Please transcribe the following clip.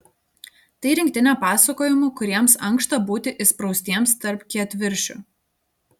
tai rinktinė pasakojimų kuriems ankšta būti įspraustiems tarp kietviršių